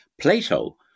Plato